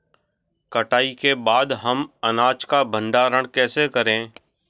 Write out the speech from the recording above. कटाई के बाद हम अनाज का भंडारण कैसे करें?